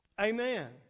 Amen